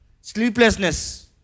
Sleeplessness